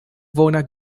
bona